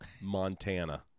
Montana